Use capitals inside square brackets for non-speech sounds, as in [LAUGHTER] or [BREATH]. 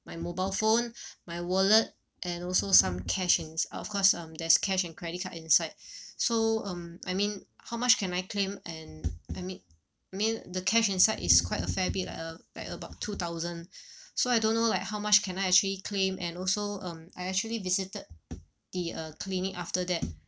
my mobile phone my wallet and also some cash in of course um there's cash and credit card inside [BREATH] so um I mean how much can I claim and I mean mean the cash inside is quite a fair bit uh like about two thousand [BREATH] so I don't know like how much can I actually claim and also um I actually visited the uh clinic after that